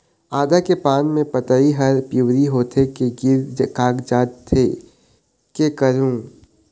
आदा के पान पतई हर पिवरी होथे के गिर कागजात हे, कै करहूं?